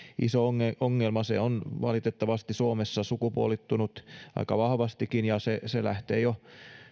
iso ongelma ongelma se on valitettavasti suomessa sukupuolittunut aika vahvastikin ja se se lähtee jo